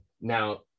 Now